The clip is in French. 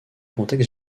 contexte